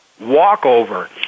walkover